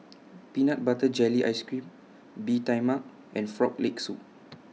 Peanut Butter Jelly Ice Cream Bee Tai Mak and Frog Leg Soup